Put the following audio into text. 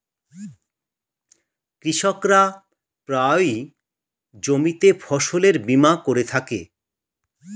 কৃষকরা প্রায়ই জমিতে ফসলের বীমা করে থাকে